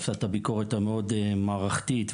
שעשה ביקורת מאוד מערכתית,